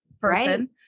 person